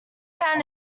found